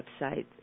website